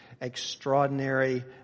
extraordinary